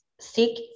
seek